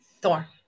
Thor